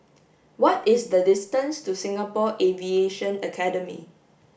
what is the distance to Singapore Aviation Academy